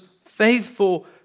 faithful